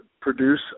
produce